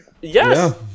Yes